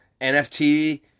NFT